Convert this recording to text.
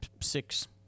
six